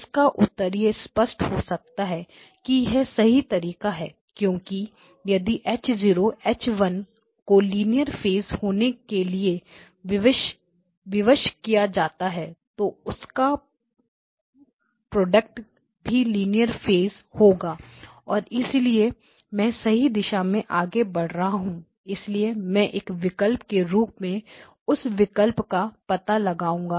इसका उत्तर यह स्पष्ट हो सकता है कि यह सही तरीका है क्योंकि यदि H 0 H1 को लीनियर फेस होने के लिए विवश किया जाता है तो उनका प्रोडक्ट भी लीनियर फेस होगा और इसलिए मैं सही दिशा में आगे बढ़ रहा हूं इसलिए मैं एक विकल्प के रूप में उस विकल्प का पता लगाऊंगा